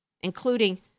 including